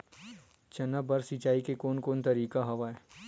चना बर सिंचाई के कोन कोन तरीका हवय?